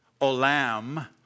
Olam